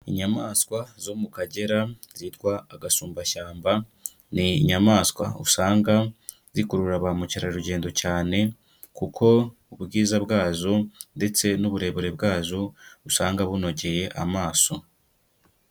Inyamaswa zo mu Kagera zitwa agasumbashyamba, ni inyamaswa usanga zikurura ba mukerarugendo cyane kuko ubwiza bwazo ndetse n'uburebure bwazo usanga bunogeye amaso.